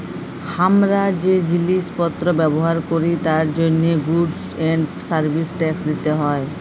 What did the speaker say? হামরা যে জিলিস পত্র ব্যবহার ক্যরি তার জন্হে গুডস এন্ড সার্ভিস ট্যাক্স দিতে হ্যয়